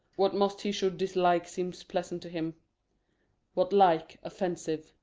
what most he should dislike seems pleasant to him what like, offensive.